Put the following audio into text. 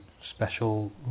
special